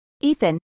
Ethan